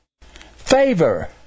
favor